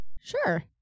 Sure